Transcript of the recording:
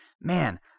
man